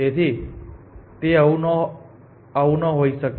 તેથી આવું ન હોઈ શકે